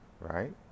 right